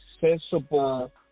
sensible